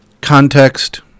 context